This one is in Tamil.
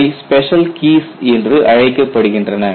அவை ஸ்பெஷல் கீஸ் என்று அழைக்கப்படுகின்றன